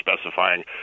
specifying